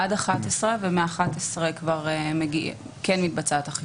עד 23:00. מ-23:00 מתבצעת אכיפה.